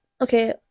okay